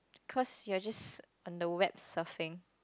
cause you are just on the web surfing